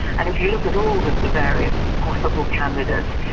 and if you look at all the the various possible candidates,